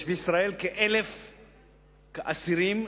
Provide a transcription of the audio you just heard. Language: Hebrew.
יש בישראל כ-1,000 אסירים,